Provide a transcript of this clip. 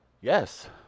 Yes